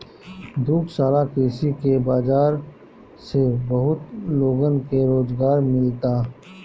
दुग्धशाला कृषि के बाजार से बहुत लोगन के रोजगार मिलता